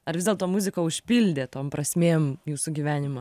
ar vis dėlto muzika užpildė tom prasmėm jūsų gyvenimą